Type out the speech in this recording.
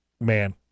man